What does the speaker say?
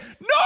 No